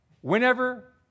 whenever